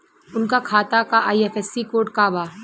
उनका खाता का आई.एफ.एस.सी कोड का बा?